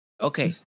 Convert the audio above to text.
Okay